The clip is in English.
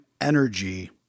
energy